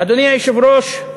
אדוני היושב-ראש,